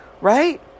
right